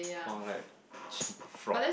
for like cheat fraught